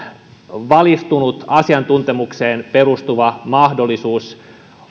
valistunut asiantuntemukseen perustuva mahdollisuus